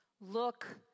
Look